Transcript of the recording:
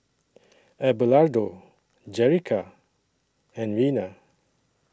Abelardo Jerrica and Reina